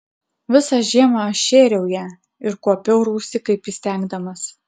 visą žiemą aš šėriau ją ir kuopiau rūsį kaip įstengdamas